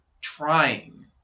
trying